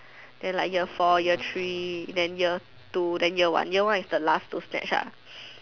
then like year four year three then year two then year one year one is the last to snatch ah